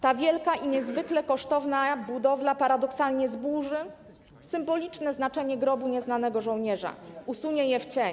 Ta wielka i niezwykle kosztowna budowla paradoksalnie zburzy symboliczne znaczenie Grobu Nieznanego Żołnierza, usunie je w cień.